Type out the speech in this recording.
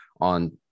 on